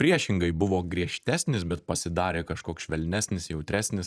priešingai buvo griežtesnis bet pasidarė kažkoks švelnesnis jautresnis